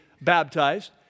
baptized